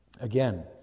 Again